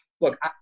look